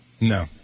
No